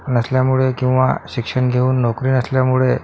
नसल्यामुळे किंवा शिक्षण घेऊन नोकरी नसल्यामुळे